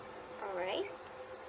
alright